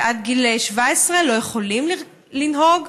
שעד גיל 17 לא יכולים לנהוג,